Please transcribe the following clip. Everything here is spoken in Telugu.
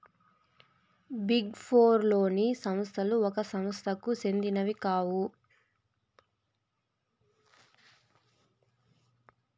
బిగ్ ఫోర్ లోని సంస్థలు ఒక సంస్థకు సెందినవి కావు